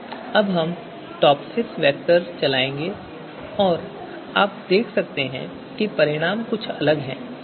अब हम टॉपसिसvector चलाएंगे और आप देख सकते हैं कि परिणाम अलग हैं